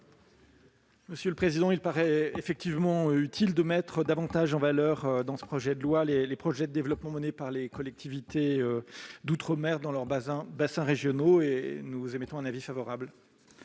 commission ? Il paraît effectivement utile de mettre davantage en valeur, dans ce projet de loi, les projets de développement menés par les collectivités d'outre-mer dans leurs bassins régionaux. Nous émettons un avis favorable